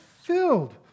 filled